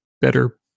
better